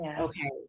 okay